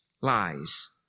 lies